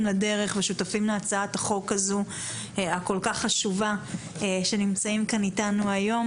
לדרך ולהצעת החוק החשובה הזאת ונמצאים איתנו היום.